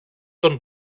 τον